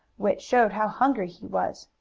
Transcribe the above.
which showed how hungry he was.